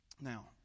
Now